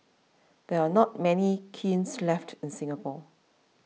there are not many kilns left in Singapore